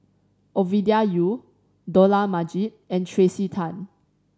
Ovidia Yu Dollah Majid and Tracey Tan